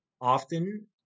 Often